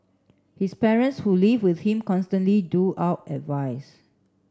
his parents who live with him constantly do out advice